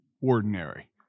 ordinary